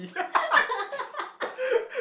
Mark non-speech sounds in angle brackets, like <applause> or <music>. <laughs>